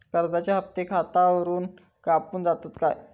कर्जाचे हप्ते खातावरून कापून जातत काय?